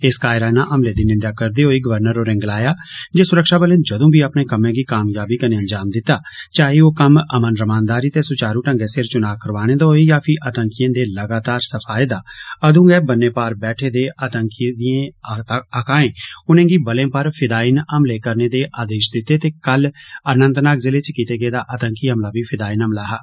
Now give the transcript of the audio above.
इस कायराना हमले दी निन्देआ करदे होई गवर्नर होरें गलाया जे सुरक्षाबलें जदूं भी अपने कम्मैं गी कामयाबी कन्नै अंजाम दिता चाहे ओ कम्म अमन रमानदारी ते सुचारु ढंगै सिर चुना करोआने दा होए या फीह आतंकियें दे लगातार सफाए दा अंदू गै बन्नै पार बैठे दे आतंकवादिए दे आकाएं उनेंगी बलें पर फिदायीन हमले करने दे आदेश दिते ते कल अनंतनाग ज़िले च कीते गेदा आतंकी हमला बी फिदायीन हमला हा